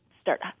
start